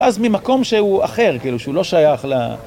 אז ממקום שהוא אחר, כאילו, שהוא לא שייך ל...